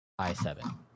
i7